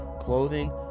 clothing